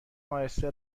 اهسته